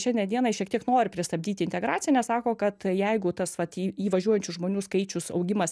šiandien dienai šiek tiek nori pristabdyti integraciją nes sako kad jeigu tas vat į įvažiuojančių žmonių skaičius augimas